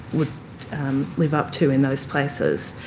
would live up to in those places.